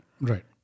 Right